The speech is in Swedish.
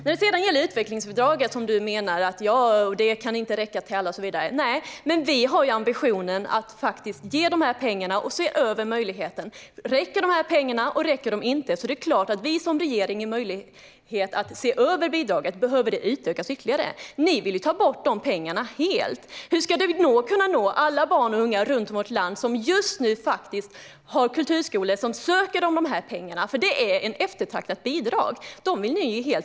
När det gäller utvecklingsbidraget och att det inte kan räcka till alla och så vidare har vi ambitionen att ge dessa pengar och att se över möjligheten och om pengarna räcker. Om de inte räcker är det klart att regeringen ger en möjlighet att se över bidraget om det behöver utvecklas ytterligare. Ni vill ju ta bort dessa pengar helt, Cecilia Magnusson. Hur ska vi då kunna nå alla barn och unga runt om i vårt land som just nu har kulturskolor som söker dessa pengar? Det är ett eftertraktat bidrag, men ni vill kapa det helt.